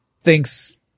thinks